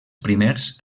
primers